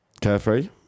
Carefree